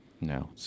No